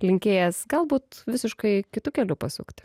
linkėjęs galbūt visiškai kitu keliu pasukti